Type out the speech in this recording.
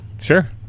Sure